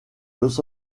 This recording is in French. los